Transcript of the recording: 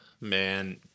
Man